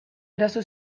eraso